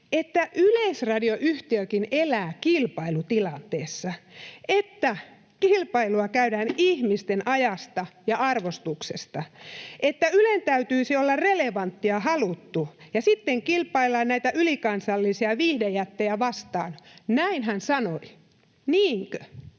että yleisradioyhtiökin elää kilpailutilanteessa, että kilpailua käydään ihmisten ajasta ja arvostuksesta, että Ylen täytyisi olla relevantti ja haluttu ja sitten kilpaillaan näitä ylikansallisia viihdejättejä vastaan. Näin hän sanoi. Niinkö?